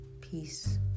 Peace